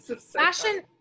Fashion